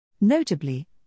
Notably